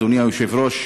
אדוני היושב-ראש,